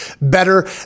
better